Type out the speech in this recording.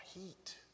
heat